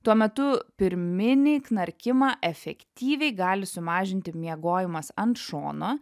tuo metu pirminį knarkimą efektyviai gali sumažinti miegojimas ant šono